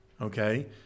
okay